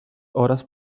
horas